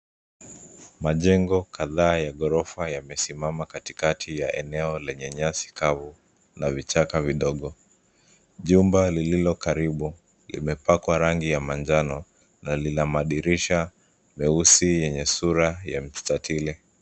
Majengo kadhaa ya ghorofa yamesimama katikati ya eneo lenye nyasi kavu na vichaka vidogo. Jumba lililo karibu, limepakwa rangi ya manjano na lina madirisha meusi yenye sura ya mstatili.